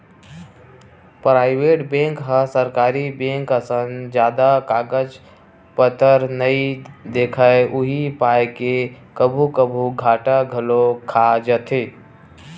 private bank ह सरकारी bank असन जादा कागज पतर नइ देखय उही पाय के कभू कभू घाटा घलोक खा जाथे